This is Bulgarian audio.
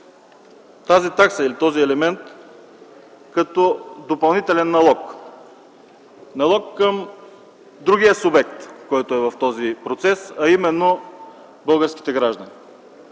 разглеждал тази такса като допълнителен налог. Налог към другия субект, който е в този процес, а именно българските граждани,